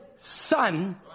Son